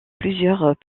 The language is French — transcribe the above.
plusieurs